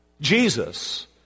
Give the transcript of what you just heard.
Jesus